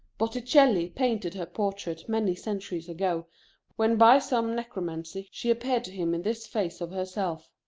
botticelli painted her portrait many centuries ago when by some necromancy she appeared to him in this phase of herself.